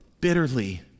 bitterly